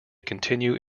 continue